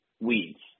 weeds